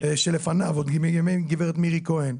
עוד מימי גברת מירי כהן.